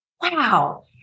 wow